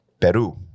Peru